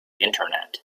internet